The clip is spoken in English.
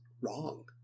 wrong